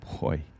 boy